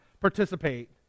participate